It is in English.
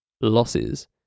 losses